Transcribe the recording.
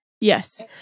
Yes